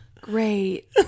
Great